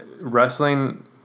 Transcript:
wrestling